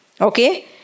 Okay